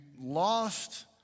lost